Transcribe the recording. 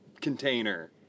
container